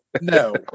no